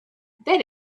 that